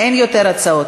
אין יותר הצעות.